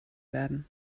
werden